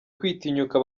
kwitinyuka